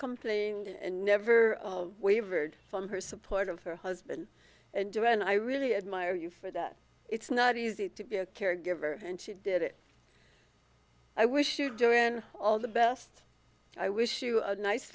complained and never wavered from her support of her husband and duran i really admire you for that it's not easy to be a caregiver and she did it i wish you do in all the best i wish you a nice